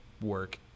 work